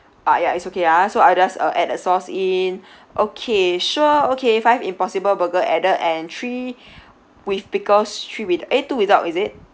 ah ya it's okay ah so I just uh add the sauce in okay sure okay five impossible burger added and three with pickles three with eh two without is it